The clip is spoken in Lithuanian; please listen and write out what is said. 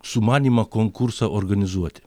sumanymą konkursą organizuoti